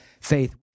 faith